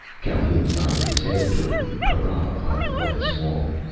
calhoun nodded his head toward the para behind the glass wall.